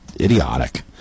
idiotic